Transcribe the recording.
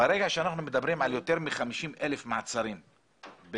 ברגע שאנחנו מדברים על יותר מ-50,000 מעצרים בשנה,